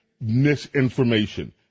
misinformation